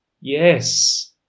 Yes